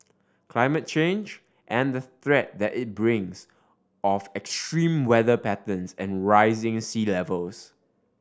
climate change and the threat that it brings of extreme weather patterns and rising sea levels